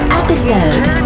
episode